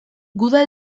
guda